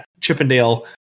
Chippendale